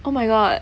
oh my god